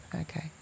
okay